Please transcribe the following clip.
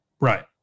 Right